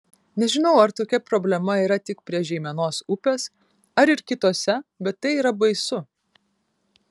nežinau ar tokia problema yra tik prie žeimenos upės ar ir kitose bet tai yra baisu